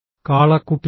കാളക്കുട്ടിയോ